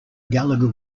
gallagher